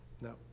no